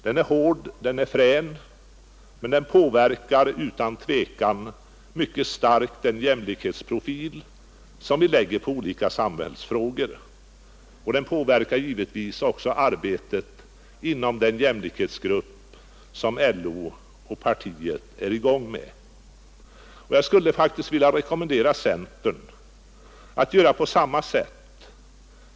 Den är hård, den är frän, men den påverkar utan tvivel mycket starkt den jämlikhetsprofil som vi lägger på olika samhällsfrågor, och den påverkar givetvis också arbetet inom den jämlikhetsgrupp som LO och partiet satt i gång. Jag skulle faktiskt vilja rekommendera centern att göra på samma sätt.